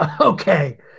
okay